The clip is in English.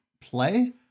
Play